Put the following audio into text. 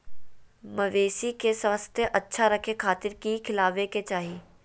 मवेसी के स्वास्थ्य अच्छा रखे खातिर की खिलावे के चाही?